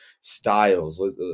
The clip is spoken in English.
styles